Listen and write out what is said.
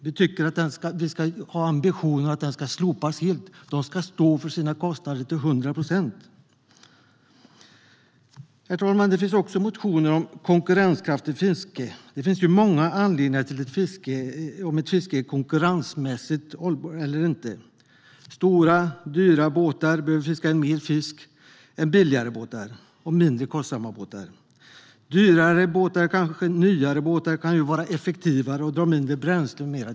Vi tycker att vi ska ha ambitionen att den ska slopas helt. De ska stå för sina kostnader till 100 procent. Herr talman! Det finns också motioner om konkurrenskraftigt fiske. Det finns många anledningar till att ett fiske är konkurrensmässigt eller inte. Stora dyra båtar behöver fiska in mer fisk än billigare och mindre kostsamma båtar. Dyrare och kanske nyare båtar kan vara effektivare, dra mindre bränsle med mera.